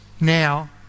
now